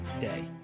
day